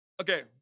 Okay